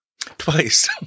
Twice